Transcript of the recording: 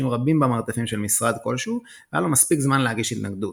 רבים במרתפים של משרד כלשהו והיה לו מספיק זמן להגיש התנגדות.